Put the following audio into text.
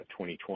2020